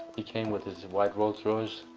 he came with his white rolls royce.